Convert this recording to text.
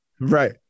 Right